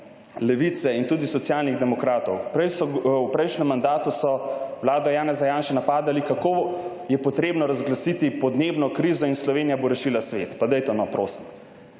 Levice in tudi Socialnih demokratov, v prejšnjem mandatu so vlado Janeza Janše napadali, kako je treba razglasiti podnebno krizo in Slovenija bo rešila svet. Pa dajte no, prosim!